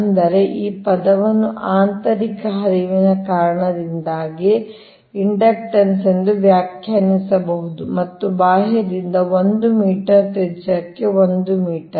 ಅಂದರೆ ಈ ಪದವನ್ನು ಆಂತರಿಕ ಹರಿವಿನ ಕಾರಣದಿಂದಾಗಿ ಇಂಡಕ್ಟನ್ಸ್ ಎಂದು ವ್ಯಾಖ್ಯಾನಿಸಬಹುದು ಮತ್ತು ಬಾಹ್ಯದಿಂದ 1 ಮೀಟರ್ ತ್ರಿಜ್ಯಕ್ಕೆ 1 ಮೀಟರ್